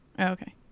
okay